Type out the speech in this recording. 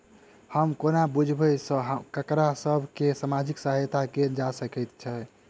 हम कोना बुझबै सँ ककरा सभ केँ सामाजिक सहायता कैल जा सकैत छै?